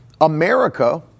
America